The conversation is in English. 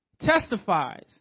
testifies